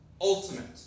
ultimate